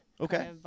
Okay